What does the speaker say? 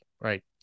Right